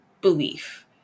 belief